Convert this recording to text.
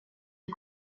est